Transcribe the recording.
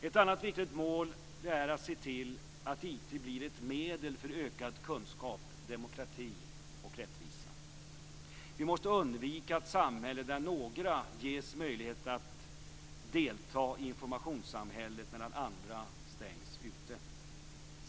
Ett annat viktigt mål är att se till att IT blir ett medel för ökad kunskap, demokrati och rättvisa. Vi måste undvika ett samhälle där några ges möjlighet att delta i informationssamhället medan andra stängs ute.